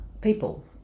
people